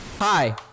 Hi